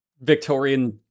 Victorian